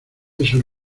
eso